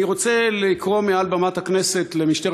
אני רוצה לקרוא מעל במת הכנסת למשטרת